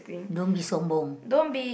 don't be sombong